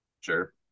Sure